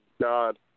God